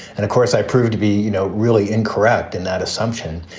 and of course, i proved to be, you know, really incorrect in that assumption.